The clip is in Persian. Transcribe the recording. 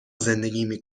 زندگی